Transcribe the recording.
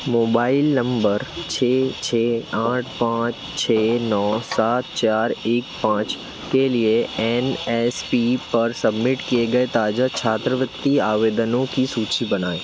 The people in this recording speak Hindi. मोबाइल नम्बर छः छः आठ पाँच दो छः नौ सात चार एक पाँच के लिए एन एस पी पर सबमिट किए गए ताज़ा छात्रवृत्ति आवेदनों की सूचि बनाएँ